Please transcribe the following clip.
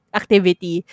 activity